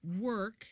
work